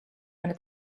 eine